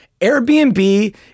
Airbnb